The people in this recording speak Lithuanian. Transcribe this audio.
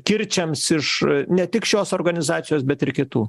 kirčiams iš ne tik šios organizacijos bet ir kitų